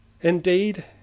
indeed